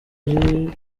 ari